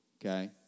Okay